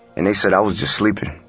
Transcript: and they said i was just sleeping.